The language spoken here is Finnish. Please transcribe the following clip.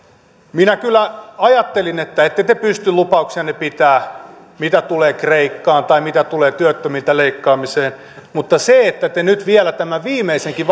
minä kyllä ajattelin että ette te pysty lupauksianne pitämään mitä tulee kreikkaan tai mitä tulee työttömiltä leikkaamiseen mutta se että te nyt vielä tämän viimeisenkin